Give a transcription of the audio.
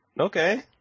okay